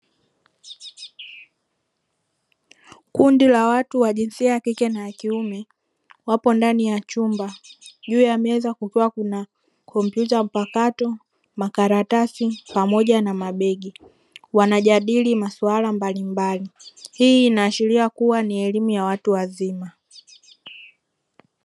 Kundi la watu wa jinsia ya kike na kiume wapo ndani ya chumba. Juu ya meza kuna kompyuta mpakato, makaratasi, pamoja na mabegi. Wanajadili maswala mbalimbali. Hii inaashiria kuwa ni elimu ya watu wazima.